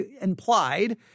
implied